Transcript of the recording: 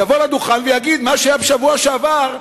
יבוא לדוכן ויגיד: מה שהיה בשבוע שעבר,